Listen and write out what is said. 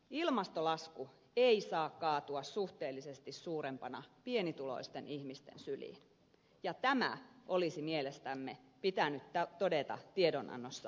ilmastolasku ei saa kaatua suhteellisesti suurempana pienituloisten ihmisten syliin ja tämä olisi mielestämme pitänyt todeta tiedonannossa selkeästi